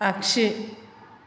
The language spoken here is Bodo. आगसि